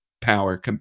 power